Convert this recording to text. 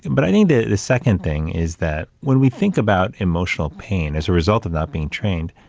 but i think the the second thing is that when we think about emotional pain, as a result of not being trained,